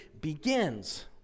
begins